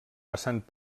passant